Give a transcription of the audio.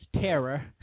terror